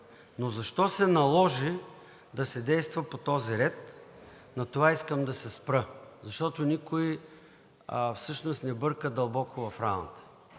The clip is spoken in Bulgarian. Но защо се наложи да се действа по този ред, по това искам да се спра, защото никой всъщност не бърка дълбоко в раната.